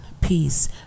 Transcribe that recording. Peace